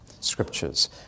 scriptures